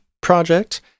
Project